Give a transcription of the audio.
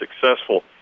successful